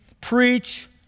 preach